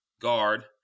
guard